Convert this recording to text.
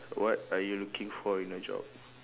what are you looking for in a job